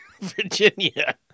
Virginia